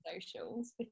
socials